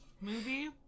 movie